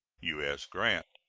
u s. grant.